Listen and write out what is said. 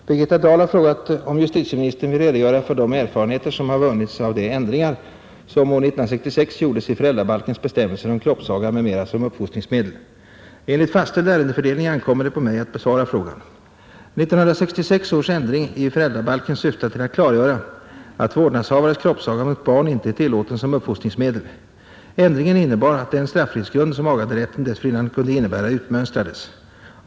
Herr talman! Birgitta Dahl har frågat om justitieministern vill redogöra för de erfarenheter som har vunnits av de ändringar som år 1966 gjordes i föräldrabalkens bestämmelser om kroppsaga m.m. som uppfostringsmedel. Enligt fastställd ärendefördelning ankommer det på mig att besvara frågan. 1966 års ändring i föräldrabalken syftade till att klargöra att vårdnadshavares kroppsaga mot barn inte är tillåten som uppfostringsmedel. Ändringen innebar att den straffrihetsgrund som aganderätten dessförinnan kunde innebära utmönstrades.